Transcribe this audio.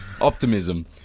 optimism